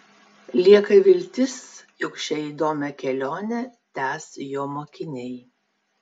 lieka viltis jog šią įdomią kelionę tęs jo mokiniai